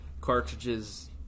cartridges